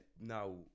now